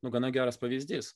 nu gana geras pavyzdys